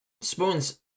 Spoons